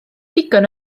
digon